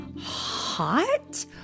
hot